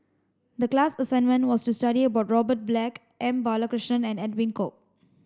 the class assignment was to study about Robert Black M Balakrishnan and Edwin Koek